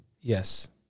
Yes